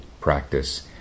practice